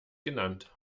genannt